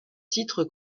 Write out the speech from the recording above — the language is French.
titre